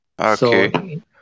Okay